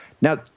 Now